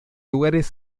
lugares